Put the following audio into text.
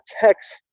text